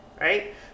right